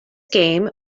game